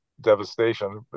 devastation